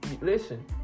listen